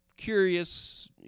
curious